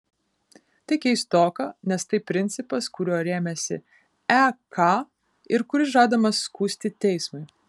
tai keistoka nes tai principas kuriuo rėmėsi ek ir kuris žadamas skųsti teismui